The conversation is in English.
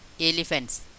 elephants